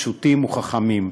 פשוטים וחכמים.